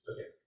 Okay